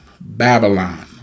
Babylon